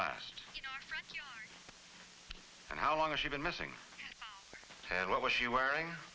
last and how long has she been missing what was she wearing